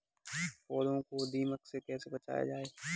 पौधों को दीमक से कैसे बचाया जाय?